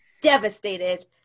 devastated